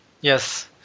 Yes